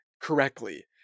correctly